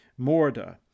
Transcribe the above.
Morda